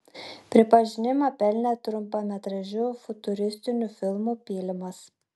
pripažinimą pelnė trumpametražiu futuristiniu filmu pylimas